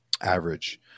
average